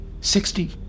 Sixty